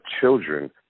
children